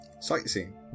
Sightseeing